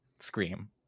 scream